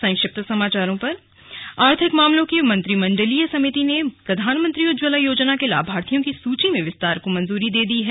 संक्षिप्त खबरें आर्थिक मामलों की मंत्रिमंडलीय समिति ने प्रधानमंत्री उज्जवला योजना के लाभार्थियों की सूची में विस्तार को मंजूरी दे दी है